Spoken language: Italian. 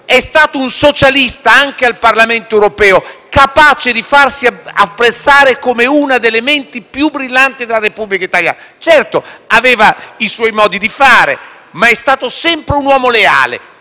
è stato un socialista capace, anche al Parlamento europeo, di farsi apprezzare come una delle menti più brillanti della Repubblica italiana. Certamente, aveva i suoi modi di fare, ma è stato sempre un uomo leale,